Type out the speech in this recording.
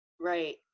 right